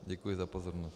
Děkuji za pozornost.